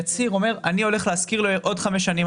יצהיר והוא אומר שאני הולך להשכיר לעוד 5 שנים,